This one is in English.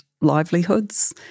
livelihoods